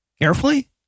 Carefully